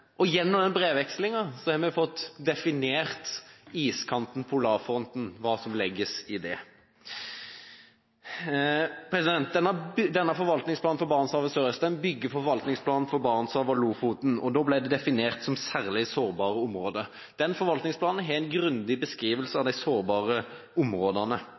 og gjennom den brevvekslingen har vi fått definert iskanten og polarfronten, hva som legges i det. Denne forvaltningsplanen for Barentshavet sørøst bygger på forvaltningsplanen for Barentshavet og Lofoten. Da ble det definert som særlig sårbare områder. Den forvaltningsplanen har en grundig beskrivelse av de sårbare områdene,